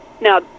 Now